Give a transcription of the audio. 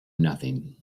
nothing